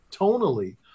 tonally